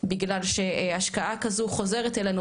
בגלל שהשקעה כזו חוזרת אלינו,